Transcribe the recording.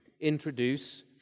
introduce